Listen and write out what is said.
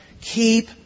Keep